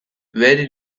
very